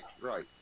right